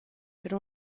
per